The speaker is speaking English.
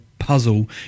puzzle